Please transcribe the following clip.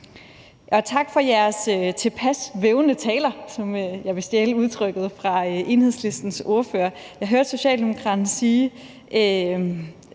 Tak for jeres tilpas vævende taler – jeg vil stjæle udtrykket fra Enhedslistens ordfører. Jeg hørte den socialdemokratiske